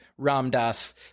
Ramdas